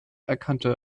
erkannte